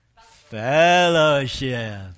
fellowship